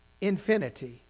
infinity